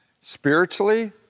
spiritually